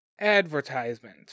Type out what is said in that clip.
Advertisement